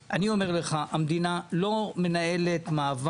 וכשיוצאים נגדם למאבק זה כמה חברי כנסת.